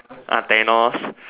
ah Thanos